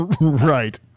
Right